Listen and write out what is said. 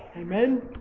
Amen